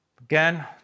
Again